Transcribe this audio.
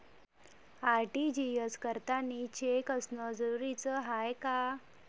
RTGS करतांनी cheque असनं जरुरीच हाय का?